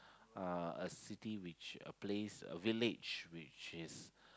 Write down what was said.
uh a city which a place a village which is